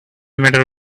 matter